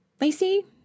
Lacey